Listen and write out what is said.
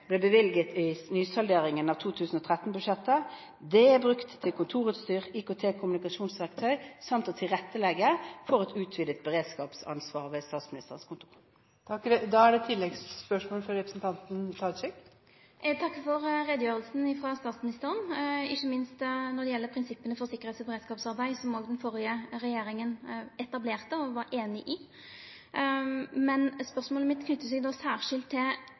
bevilget i nysalderingen av 2013-budsjettet. De er brukt til kontorutstyr, IKT- og kommunikasjonsverktøy samt å tilrettelegge for et utvidet beredskapsansvar ved Statsministerens kontor. Eg takkar for utgreiinga frå statsministeren, ikkje minst når det gjeld prinsippa for sikkerheits- og beredskapsarbeid, som òg den førre regjeringa etablerte og var einig i. Men spørsmålet mitt knyter seg særskilt til kva som er